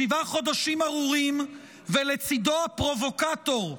שבעה חודשים ארורים, ולצידו הפרובוקטור,